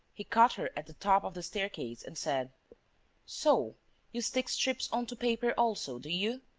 he caught her at the top of the staircase and said so you stick strips on to paper also, do you?